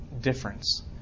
difference